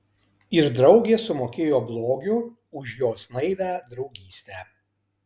ir draugė sumokėjo blogiu už jos naivią draugystę